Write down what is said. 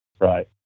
Right